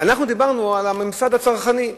אנחנו דיברנו על הממסד הצרכני,